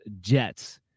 Jets